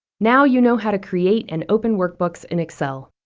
now you know how to create and open workbooks in excel.